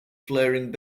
flaring